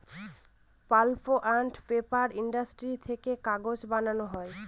pulp and paper industry থেকে কাগজ বানানো হয়